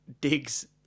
digs